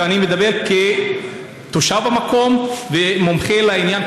ואני מדבר כתושב המקום וכמומחה לעניין,